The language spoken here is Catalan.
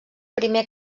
primer